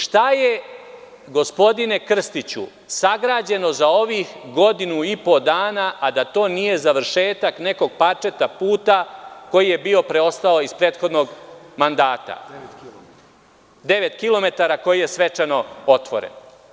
Šta je, gospodine Krstiću, sagrađeno za ovih godinu i po dana,a da to nije završetak nekog parčeta puta koji je bio preostao iz prethodnog mandata, devet kilometara koji je svečano otvoren.